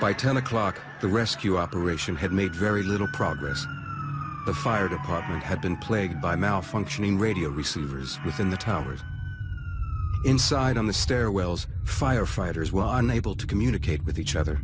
by ten o'clock the rescue operation had made very little progress the fire department had been plagued by malfunctioning radio receivers within the towers inside on the stairwells firefighters were unable to communicate with each other